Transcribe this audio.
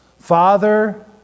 Father